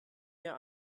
mehr